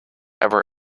ever